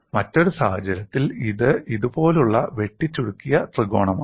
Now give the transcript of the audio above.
മറ്റൊരു സാഹചര്യത്തിൽ ഇത് ഇതുപോലുള്ള വെട്ടിച്ചുരുക്കിയ ത്രികോണമാണ്